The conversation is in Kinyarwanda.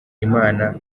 imana